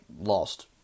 lost